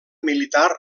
militar